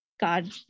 God